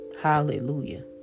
Hallelujah